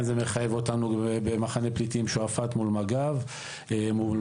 זה מחייב אותנו במחנה פליטים שועפט מול מג"ב עוטף.